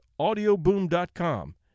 Audioboom.com